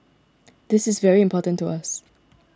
this is very important to us